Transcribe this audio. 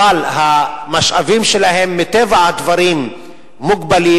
אבל המשאבים שלהם מטבע הדברים מוגבלים,